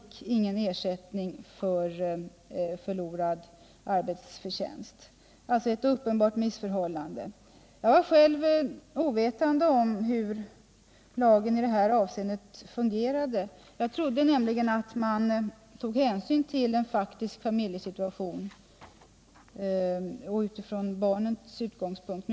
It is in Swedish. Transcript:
Han fick alltså ingen ersättning för förlorad arbetsförtjänst. Detta är ett uppenbart missförhållande. Jag var själv tidigare ovetande om hur lagen fungerade i detta avseende. Jag trodde att hänsyn skulle kunna tas till en faktisk familjesituation utifrån barnets utgångspunkt.